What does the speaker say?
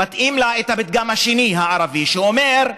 מתאים לה הפתגם הערבי השני, שאומר: